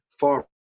Far